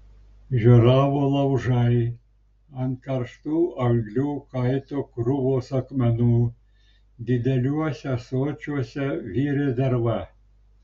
žioravo laužai ant karštų anglių kaito krūvos akmenų dideliuose ąsočiuose virė derva